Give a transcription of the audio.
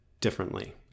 differently